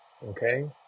Okay